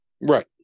Right